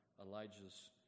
Elijah's